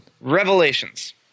Revelations